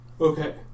okay